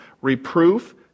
reproof